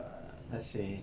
err let's say